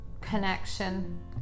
connection